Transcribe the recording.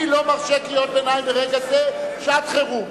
אני לא מרשה קריאות ביניים מרגע זה, שעת חירום.